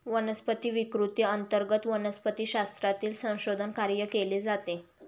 वनस्पती विकृती अंतर्गत वनस्पतिशास्त्रातील संशोधन कार्य केले जाते